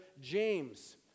James